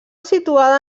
situada